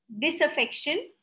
disaffection